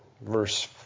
verse